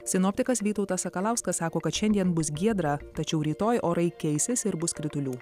sinoptikas vytautas sakalauskas sako kad šiandien bus giedra tačiau rytoj orai keisis ir bus kritulių